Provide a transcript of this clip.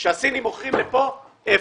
כאשר הסינים מוכרים לכאן אפס.